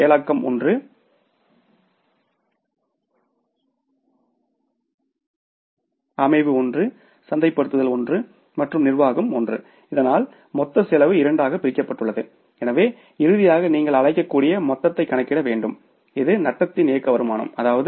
செயலாக்கம் ஒன்று அமைவு ஒன்று சந்தைப்படுத்தல் ஒன்று மற்றும் நிர்வாகம் ஒன்று இதனால் மொத்த செலவு இரண்டாகப் பிரிக்கப்பட்டுள்ளது எனவே இறுதியாக நீங்கள் அழைக்கக்கூடிய மொத்தத்தை கணக்கிட வேண்டும் இது நட்டத்தின் ஆப்ரேட்டிங் இன்கம் அதாவது 4